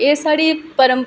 ते